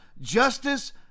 justice